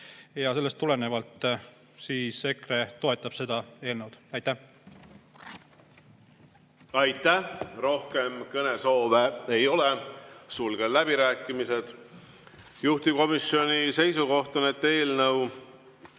Sellest tulenevalt EKRE toetab seda eelnõu. Aitäh! Aitäh! Rohkem kõnesoove ei ole, sulgen läbirääkimised. Juhtivkomisjoni seisukoht on eelnõu